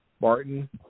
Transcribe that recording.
Martin